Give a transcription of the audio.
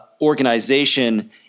organization